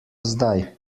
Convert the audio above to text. zdaj